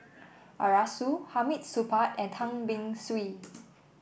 Arasu Hamid Supaat and Tan Beng Swee